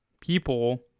people